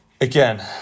again